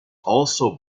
also